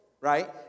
right